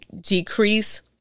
decrease